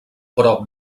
prop